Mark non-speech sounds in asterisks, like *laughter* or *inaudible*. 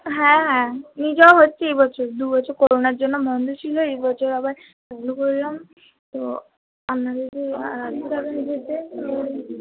হ্যাঁ হ্যাঁ নিজেও হচ্ছি এই বছর দু বছর করোনার জন্য বন্ধ ছিল এই বছর আবার চালু করলাম তো আপনাদেরকে *unintelligible*